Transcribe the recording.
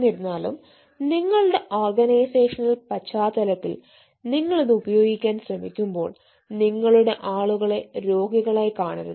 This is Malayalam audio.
എന്നിരുന്നാലും നിങ്ങളുടെ ഓർഗനൈസേഷണൽ പശ്ചാത്തലത്തിൽ നിങ്ങൾ ഇത് ഉപയോഗിക്കാൻ ശ്രമിക്കുമ്പോൾ നിങ്ങളുടെ ആളുകളെ രോഗികളായി കാണരുത്